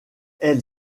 elle